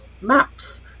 maps